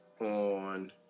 on